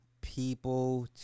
people